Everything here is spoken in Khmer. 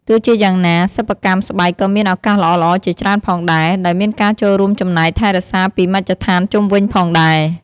ទោះជាយ៉ាងណា សិប្បកម្មស្បែកក៏មានឱកាសល្អៗជាច្រើនផងដែរ ដោយមានការចូលរួមចំណែកថែរក្សាពីមជ្ឃដ្ឋានជុំវិញផងដែរ។